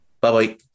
bye-bye